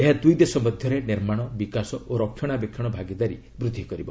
ଏହା ଦୁଇ ଦେଶ ମଧ୍ୟରେ ନିର୍ମାଣ ବିକାଶ ଓ ରକ୍ଷଣାବେକ୍ଷଣ ଭାଗିଦାରୀ ବୃଦ୍ଧି କରିବ